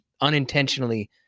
unintentionally